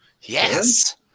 Yes